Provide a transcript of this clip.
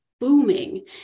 booming